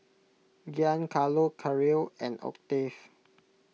Giancarlo Caryl and Octave